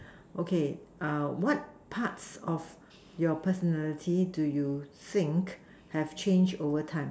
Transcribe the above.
okay ah what parts of your personality do you think have changed overtime